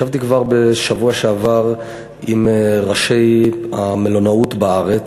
ישבתי כבר בשבוע שעבר עם ראשי המלונאות בארץ,